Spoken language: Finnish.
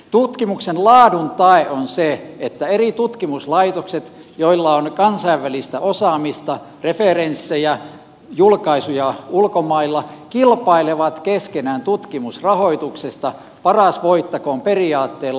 tutkimuksen laadun tae on se että eri tutkimuslaitokset joilla on kansainvälistä osaamista referenssejä julkaisuja ulkomailla kilpailevat keskenään tutkimusrahoituksesta paras voittakoon periaatteella